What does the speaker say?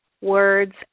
words